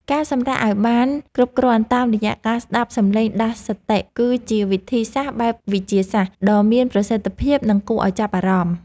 ការសម្រាកឱ្យបានគ្រប់គ្រាន់តាមរយៈការស្តាប់សំឡេងដាស់សតិគឺជាវិធីសាស្ត្របែបវិទ្យាសាស្ត្រដ៏មានប្រសិទ្ធភាព និង គួរឱ្យចាប់អារម្មណ៍។